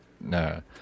no